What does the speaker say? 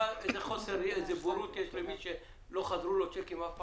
מי שמגיע לפרוע את זה זה בעצם איזשהו לקוח מזדמן.